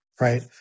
right